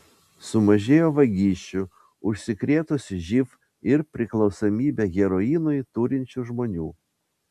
sumažėjo vagysčių užsikrėtusių živ ir priklausomybę heroinui turinčių žmonių